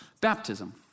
baptism